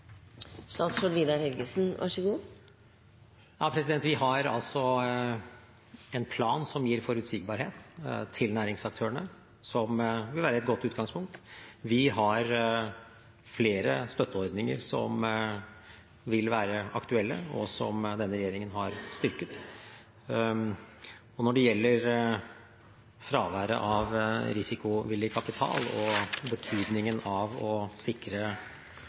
Vi har en plan som gir forutsigbarhet for næringsaktørene, som vil være et godt utgangspunkt. Vi har flere støtteordninger som vil være aktuelle, og som denne regjeringen har styrket. Når det gjelder fraværet av risikovillig kapital og betydningen av å sikre